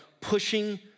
pushing